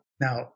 Now